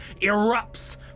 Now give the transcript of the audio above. erupts